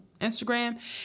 instagram